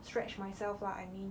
stretch myself lah I mean